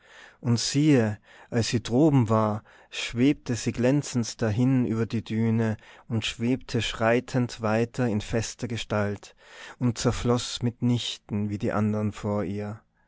und siehe als sie droben war schwebte sie glänzend dahin über die düne und schwebte schreitend weiter in fester gestalt und zerfloß mit nichten wie die andern vor ihr